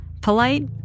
Polite